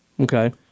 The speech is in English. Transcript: Okay